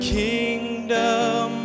kingdom